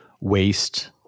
waste